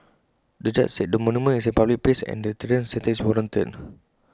the judge said the monument is in A public place and A deterrent sentence is warranted